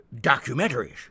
documentaries